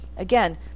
Again